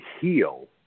heal